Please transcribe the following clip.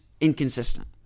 inconsistent